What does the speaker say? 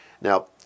Now